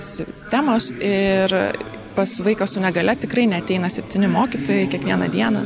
sistemos ir pats vaikas su negalia tikrai neateina septyni mokytojai kiekvieną dieną